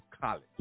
College